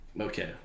Okay